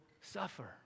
suffer